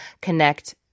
connect